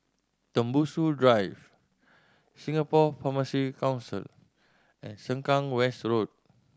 Tembusu Drive Singapore Pharmacy Council and Sengkang West Road